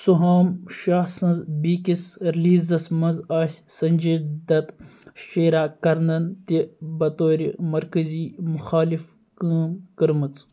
سوہام شاہ سٕنٛز بیٚیہِ کِس رِلیٖزس منٛز آسہِ سنجے دَت شیرَا کرنَن تہِ بطورِ مرکٔزی مخٲلف کٲم کٔرمٕژ